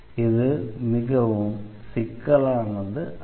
இது மிகவும் சிக்கலானது அல்ல